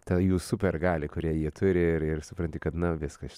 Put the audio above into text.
tą jų supergalią kurią jie turi ir ir supranti kad na viskas